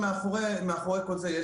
שמאחורי כל זה,